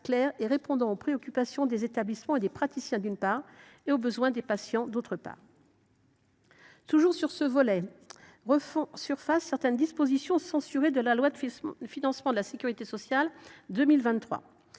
claire et répondant aux préoccupations des établissements et des praticiens, d’une part, aux besoins des patients, d’autre part. Toujours sur ce volet refont surface certaines dispositions de la loi de financement de la sécurité sociale pour